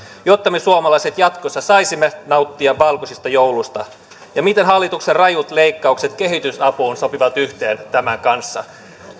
jotta me suomalaiset jatkossa saisimme nauttia valkoisista jouluista ja miten hallituksen rajut leikkaukset kehitysapuun sopivat yhteen tämän kanssa